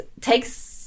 takes